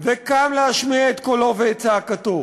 וקם להשמיע את קולו ואת צעקתו.